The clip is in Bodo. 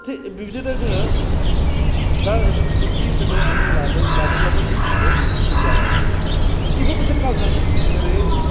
थिख बिदिनो जोङो दा बुद्दि जोङो नंगौ लादों लादोंब्लाबो जोंनिखो जों गारनो हायाखै बेबो मोनसे काल्सार जोंनि जेरै